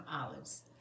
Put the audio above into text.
Olives